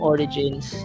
Origins